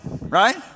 right